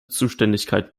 zuständigkeit